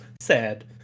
sad